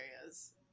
areas